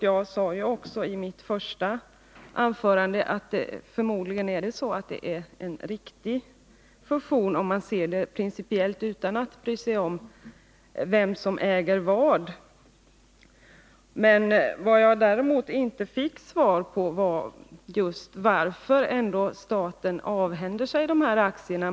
Jag sade också i mitt första anförande att det förmodligen är en riktig fusion, om man ser det principiellt, utan att bry sig om vem som äger vad. Men det jag inte fick svar på var varför staten avhänder sig de här aktierna.